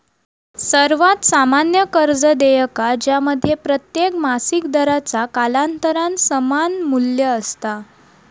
सर्वात सामान्य कर्ज देयका ज्यामध्ये प्रत्येक मासिक दराचा कालांतरान समान मू्ल्य असता